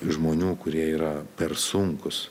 žmonių kurie yra per sunkūs